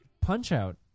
Punch-Out